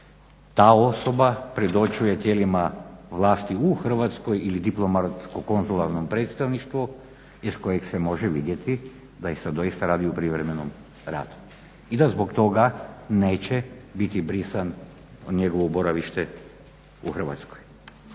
ta osoba predočuje tijelima vlasti u Hrvatskoj ili diplomatsko konzularnom predstavništvu iz kojeg se može vidjeti dali se doista radi o privremenom radu i da zbog toga neće biti brisan njegovo boravište u Hrvatskoj.